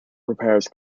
repairs